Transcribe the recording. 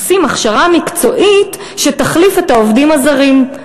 עושים הכשרה מקצועית שתחליף את העובדים הזרים,